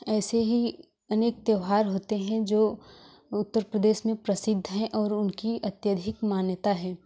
ऐसे ही अनेक त्योहार होते हैं जो उत्तर प्रदेश में प्रसिद्ध है और उनकी अत्यधिक मान्ताय है